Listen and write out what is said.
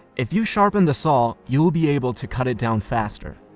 if you sharpen the saw, you'll be able to cut it down faster.